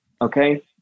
Okay